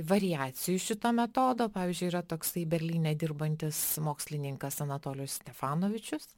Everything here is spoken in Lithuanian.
variacijų šito metodo pavyzdžiui yra toksai berlyne dirbantis mokslininkas anatolijus stefanovičius